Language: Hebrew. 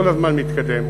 הוא כל הזמן מתקדם,